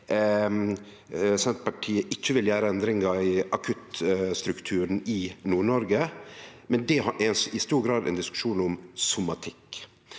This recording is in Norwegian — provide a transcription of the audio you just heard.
Senterpartiet ikkje vil gjere endringar i akuttstrukturen i Nord-Noreg, men det er i stor grad ein diskusjon om somatikk.